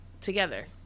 together